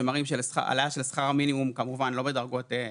שמראים שבהעלאה של שכר המינימום כמובן לא ב-50%,